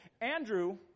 Andrew